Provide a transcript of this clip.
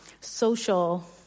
social